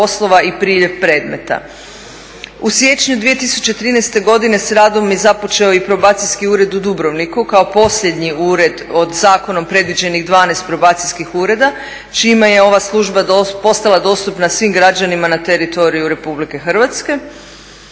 U siječnju 2013. godine s radom je započeo i probacijski ured u Dubrovniku kao posljednji ured od zakonom predviđenih 12 probacijskih ureda, čime je ova služba postala dostupna svim građanima na teritoriju Republike Hrvatske.